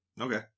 Okay